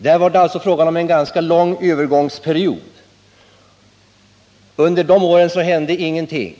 Det har alltså varit fråga om en ganska lång övergångsperiod, och under den perioden hände ingenting.